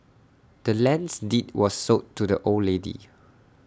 the land's deed was sold to the old lady